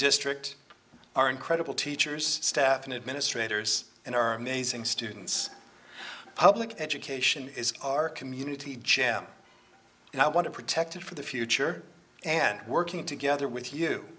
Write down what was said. district our incredible teachers stephan administrators and our amazing students public education is our community jim and i want to protect it for the future and working together with you